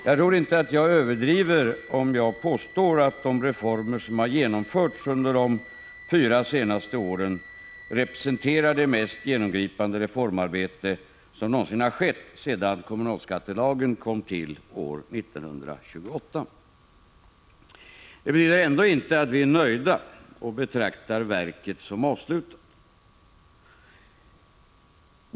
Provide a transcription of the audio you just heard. Jag tror inte att jag överdriver om jag påstår att de reformer som har genomförts under de fyra senaste åren representerar det mest genomgripande reformarbete som någonsin har skett sedan kommunalskattelagen kom till år 1928. Det betyder ändå inte att vi är nöjda och betraktar verket som avslutat.